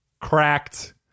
Cracked